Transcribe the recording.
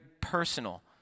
personal